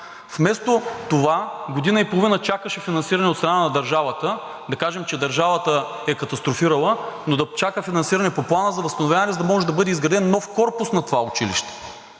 Вместо това година и половина чакаше финансиране от страна на държавата. Да кажем, че държавата е катастрофирала, но да чака финансиране по Плана за възстановяване, за да може да бъде изграден нов корпус на това училище